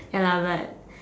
ya lah but